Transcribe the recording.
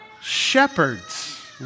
shepherds